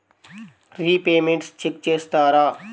Repayments check చేస్తారా?